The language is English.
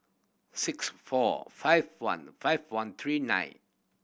six four five one five one three nine